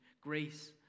grace